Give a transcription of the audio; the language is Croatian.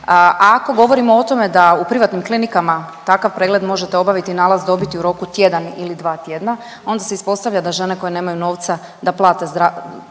a ako govorimo o tome da u privatnim klinikama takav pregled možete obaviti i nalaz dobiti u roku tjedan ili dva tjedna, onda se ispostavlja da žene koje nemaju novca da plate zdravstveni